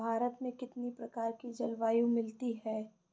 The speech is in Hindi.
भारत में कितनी प्रकार की जलवायु मिलती है?